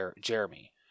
Jeremy